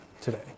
today